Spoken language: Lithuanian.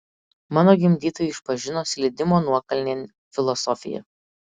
mano gimdytojai išpažino slydimo nuokalnėn filosofiją